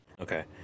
okay